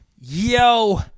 yo